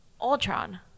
ultron